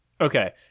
Okay